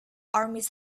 armies